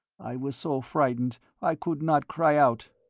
i was so frightened i could not cry out.